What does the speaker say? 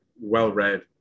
well-read